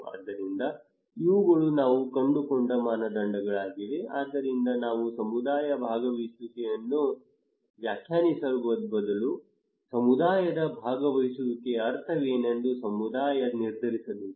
ಆದ್ದರಿಂದ ಇವುಗಳು ನಾವು ಕಂಡುಕೊಂಡ ಮಾನದಂಡಗಳಾಗಿವೆ ಆದ್ದರಿಂದ ನಾವು ಸಮುದಾಯದ ಭಾಗವಹಿಸುವಿಕೆಯನ್ನು ವ್ಯಾಖ್ಯಾನಿಸುವ ಬದಲು ಸಮುದಾಯದ ಭಾಗವಹಿಸುವಿಕೆಯ ಅರ್ಥವೇನೆಂದು ಸಮುದಾಯ ನಿರ್ಧರಿಸಬೇಕು